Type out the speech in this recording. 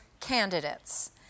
candidates